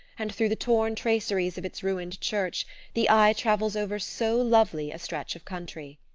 and through the torn traceries of its ruined church the eye travels over so lovely a stretch of country!